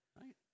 Right